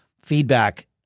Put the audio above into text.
feedback